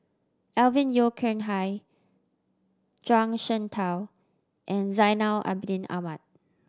Alvin Yeo Khirn Hai Zhuang Shengtao and Zainal Abidin Ahmad